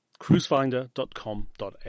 cruisefinder.com.au